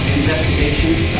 investigations